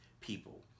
people